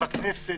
בכנסת,